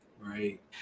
Right